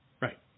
right